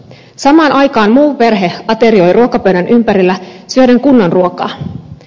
samaan aikaan muu perhe aterioi ruokapöydän ympärillä syöden kunnon ruokaa